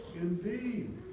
indeed